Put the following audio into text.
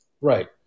Right